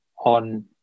on